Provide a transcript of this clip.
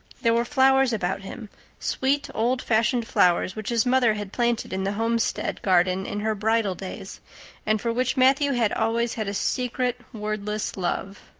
there were flowers about him sweet old-fashioned flowers which his mother had planted in the homestead garden in her bridal days and for which matthew had always had a secret, wordless love.